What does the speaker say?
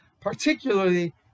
particularly